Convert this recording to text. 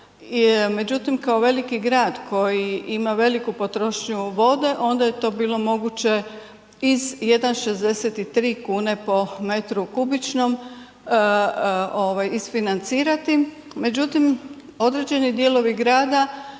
međutim kao veliki grad koji ima veliku potrošnju vode, onda je to bilo moguće iz 1,63 kn/m3 isfinancirati međutim određeni dijelovi grada